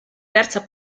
terza